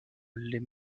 les